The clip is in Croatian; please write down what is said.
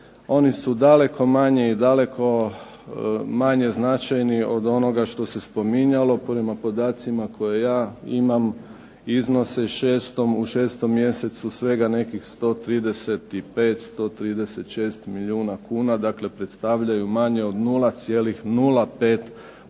Oni su daleko manji i daleko manje značajni od onoga što se spominjalo. Prema podacima koje ja imam iznose u 6. mjesecu svega nekih 135, 136 milijuna kuna, dakle predstavljaju manje od 0,05%